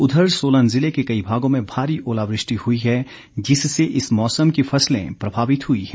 उधर सोलन ज़िले के कई भागों में भारी ओलावृष्टि हुई है जिससे इस मौसम की फसलें प्रभावित हुई है